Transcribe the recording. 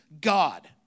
God